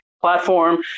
platform